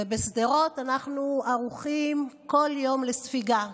ובשדרות אנחנו ערוכים כל יום לספיגה.